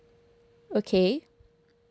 okay